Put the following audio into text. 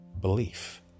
belief